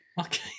Okay